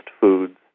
foods